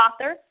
author